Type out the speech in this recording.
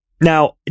Now